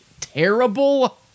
terrible